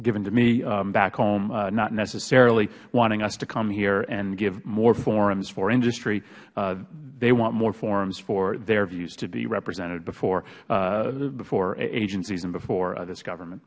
given to me back home not necessarily wanting us to come here and give more forums for industry they want more forums for their views to be represented before agencies an before this government